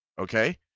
okay